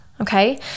Okay